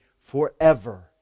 forever